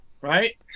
Right